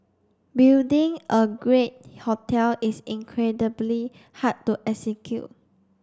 building a great hotel is incredibly hard to execute